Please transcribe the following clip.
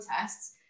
tests